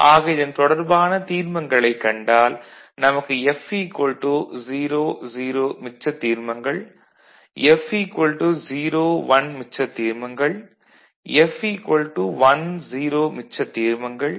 ஆக இதன் தொடர்பான தீர்மங்களைக் கண்டால் நமக்கு F 0 0 மிச்சத் தீர்மங்கள் F 0 1 மிச்சத் தீர்மங்கள் F 1 0 மிச்சத் தீர்மங்கள் F 1 1 மிச்சத் தீர்மங்கள் எனக் கிடைக்கின்றன